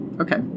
okay